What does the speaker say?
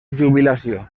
jubilació